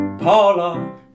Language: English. Paula